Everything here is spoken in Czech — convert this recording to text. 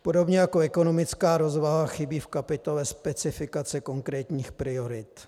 Podobně jako ekonomická rozvaha chybí v kapitole specifikace konkrétních priorit.